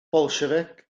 bolsiefic